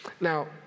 Now